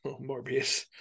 morbius